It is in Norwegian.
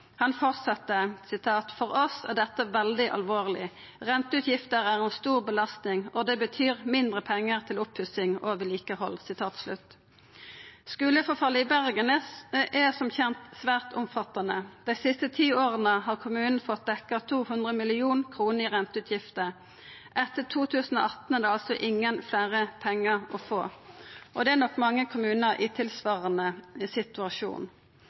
Han fortsette: «For oss er dette veldig alvorlig. Renteutgifter er en stor belastning, og det er betyr mindre penger til oppussing og vedlikehold.» ? Skuleforfallet i Bergen er som kjent svært omfattande. Dei siste ti åra har kommunen fått dekt 200 mill. kr i renteutgifter. Etter 2018 er det altså ingen fleire pengar å få, og det er nok mange kommunar i ein tilsvarande situasjon.